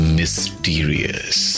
mysterious